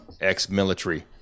ex-military